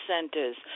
centers